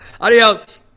Adios